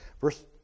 Verse